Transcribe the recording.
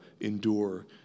endure